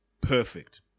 Perfect